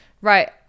Right